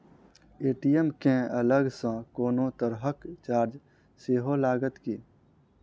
ATM केँ अलग सँ कोनो तरहक चार्ज सेहो लागत की?